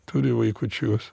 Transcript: turi vaikučius